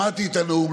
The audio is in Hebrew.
שמעתי את הנאום.